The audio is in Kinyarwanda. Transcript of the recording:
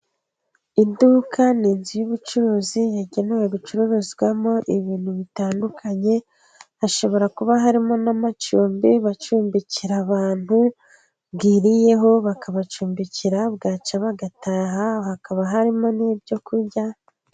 Iduka n'inzu y'ubucuruzi, yagenewe gucuruzwamo ibintu bitandukanye, hashobora kuba harimo n'amacumbi bacumbikira abantu bwiriyeho, bakabacumbikira bwacya bagataha, hakaba harimo n'ibyorya.